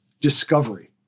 discovery